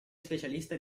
specialista